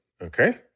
okay